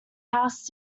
house